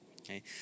Okay